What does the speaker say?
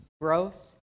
growth